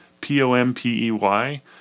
p-o-m-p-e-y